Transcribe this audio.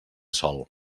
sol